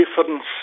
difference